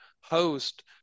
host